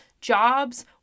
jobs